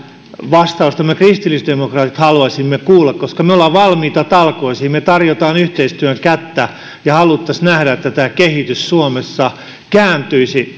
vastausta me kristillisdemokraatit haluaisimme kuulla koska me olemme valmiita talkoisiin me tarjoamme yhteistyön kättä ja haluaisimme nähdä että tämä kehitys suomessa kääntyisi